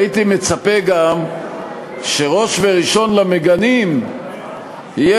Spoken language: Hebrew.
הייתי מצפה גם שראש וראשון למגנים יהיה